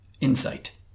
insight